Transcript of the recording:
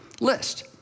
list